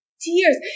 tears